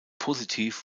positiv